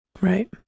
Right